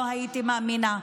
לא הייתי מאמינה.